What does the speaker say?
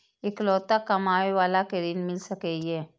इकलोता कमाबे बाला के ऋण मिल सके ये?